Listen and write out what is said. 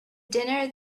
dinner